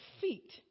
feet